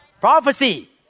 Prophecy